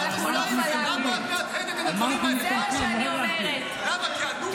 ואנחנו לא ------ זה מה שאני אומרת --- למה את עושה את זה,